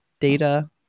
Data